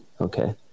Okay